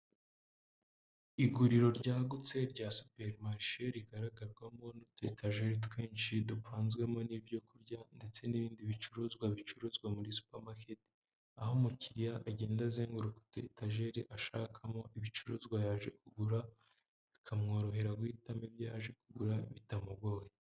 Iguriro ryagutse rya superimarishe rigaragarwamo n'utu etajeri twinshi dupanzwemo n'ibyo kurya ndetse n'ibindi bicuruzwa bicuruzwa muri supamaketi, aho umukiriya agenda azenguruka utu etageri ashakamo ibicuruzwa yaje kugura bikamworohera guhitamo ibyo yaje kugura bitamugoye.